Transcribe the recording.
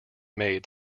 made